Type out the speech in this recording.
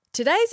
Today's